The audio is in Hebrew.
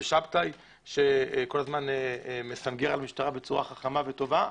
ושבתאי שמסנגר על המשטרה בצורה חכמה וטובה,